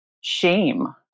shame